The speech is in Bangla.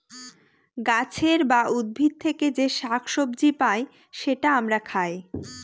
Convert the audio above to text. গাছের বা উদ্ভিদ থেকে যে শাক সবজি পাই সেটা আমরা খাই